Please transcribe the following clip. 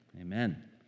Amen